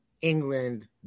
England